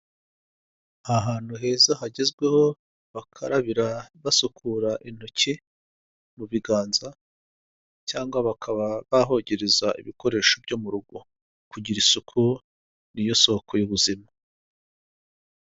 Ahantu heza hagezweho bakarabira basukura intoki mu biganza, cyangwa bakaba bahogereza ibikoresho byo mu rugo. Kugira isuku ni yo soko y'ubuzima.